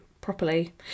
properly